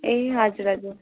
ए हजुर हजुर